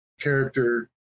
character